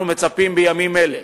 אנחנו מצפים בימים אלה